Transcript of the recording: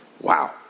Wow